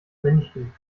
menschen